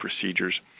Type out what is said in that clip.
procedures